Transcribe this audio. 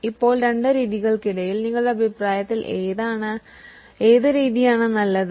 ഇപ്പോൾ രണ്ട് രീതികൾക്കിടയിൽ നിങ്ങളുടെ അഭിപ്രായത്തിൽ ഏത് രീതിയാണ് നല്ലത്